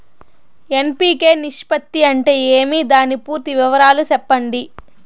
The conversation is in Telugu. ఎన్.పి.కె నిష్పత్తి అంటే ఏమి దాని పూర్తి వివరాలు సెప్పండి?